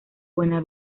buena